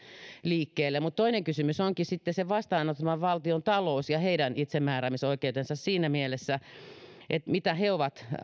liikkeelle mutta toinen kysymys onkin sitten sen vastaanottavan valtion talous ja heidän itsemääräämisoikeutensa siinä mielessä että miten he ovat